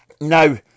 Now